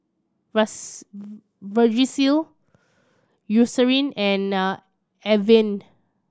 vagisil Eucerin and Avene